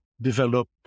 develop